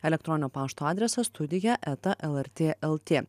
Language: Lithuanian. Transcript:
elektroninio pašto adresas studija eta lrt el tė